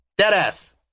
Deadass